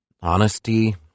Honesty